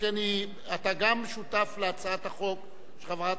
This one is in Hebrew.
שכן אתה גם שותף להצעת החוק של חברת